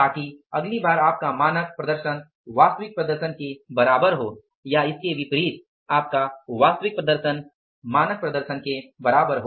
ताकि अगली बार आपका मानक प्रदर्शन वास्तविक प्रदर्शन के बराबर हो या इसके विपरीत आपका वास्तविक प्रदर्शन मानक प्रदर्शन के बराबर हो